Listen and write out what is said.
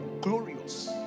glorious